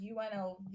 UNLV